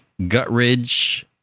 Gutridge